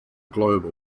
globe